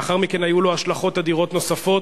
לאחר מכן היו לו השלכות אדירות נוספות,